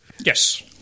Yes